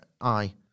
Aye